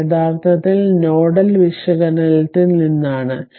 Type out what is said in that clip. ഇത് യഥാർത്ഥത്തിൽ നോഡൽ വിശകലനത്തിൽ നിന്നാണ്